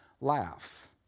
laugh